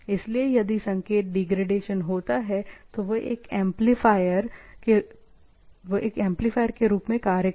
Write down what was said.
इसलिए यदि संकेत डिग्रेडेशन होता है तो वे एक एम्पलीफायर के रूप में कार्य करते हैं